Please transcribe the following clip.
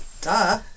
Duh